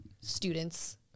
students